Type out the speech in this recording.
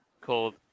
called